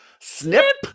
snip